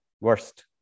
worst